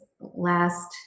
last